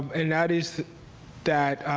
and that is that